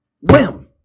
Wham